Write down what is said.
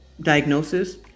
diagnosis